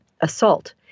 assault